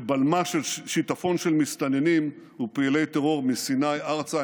שבלמה שיטפון של מסתננים ופעילי טרור מסיני ארצה,